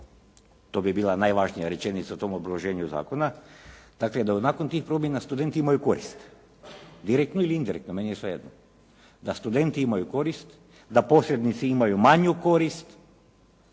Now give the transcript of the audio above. to bi bila najvažnija rečenica u tom obrazloženju zakona. Dakle, da nakon tih promjena studenti imaju koristi direktno ili indirektno, meni je svejedno. Da studenti imaju korist, da posrednici imaju manju korist